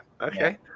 Okay